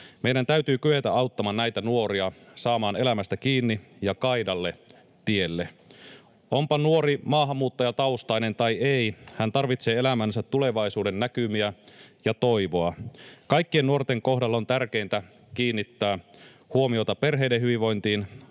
Meidän täytyy kyetä auttamaan näitä nuoria saamaan elämästä kiinni ja kaidalle tielle. Onpa nuori maahanmuuttajataustainen tai ei, hän tarvitsee elämäänsä tulevaisuudennäkymiä ja toivoa. Kaikkien nuorten kohdalla on tärkeintä kiinnittää huomiota perheiden hyvinvointiin,